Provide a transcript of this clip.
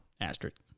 asterisk